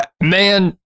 Man